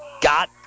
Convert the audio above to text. Got